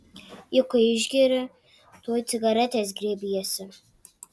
juk kai išgeri tuoj cigaretės griebiesi